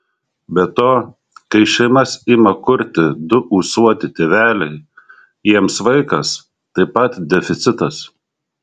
be to kai šeimas ima kurti du ūsuoti tėveliai jiems vaikas taip pat deficitas